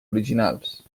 originals